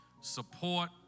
support